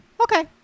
Okay